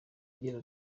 agira